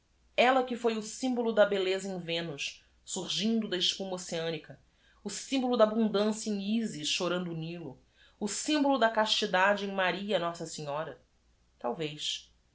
ella que f o i o symbolo da elleza em enus surgindo da espuma oceânica o symbolo da abundância em sis chorando o ilo o symbolo da astidade em aria ossa enhora alvez